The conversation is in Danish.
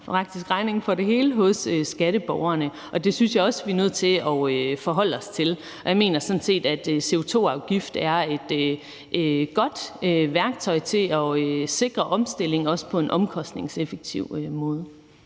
stor regning for det hele hos skatteborgerne, og det synes jeg også vi er nødt til at forholde os til. Jeg mener sådan set, at en CO2-afgift er et godt værktøj til at sikre omstillingen, også på en omkostningseffektiv måde.